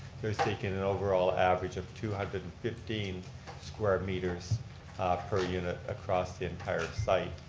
they're seeking an overall average of two hundred and fifteen square meters per unit across the entire site.